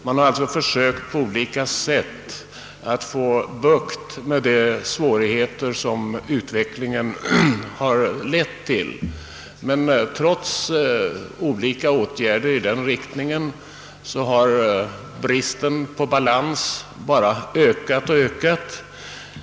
Man har alltså på olika sätt försökt få bukt med de svårigheter som utvecklingen medfört, men trots detta har bristen på balans bara ökat och ökat.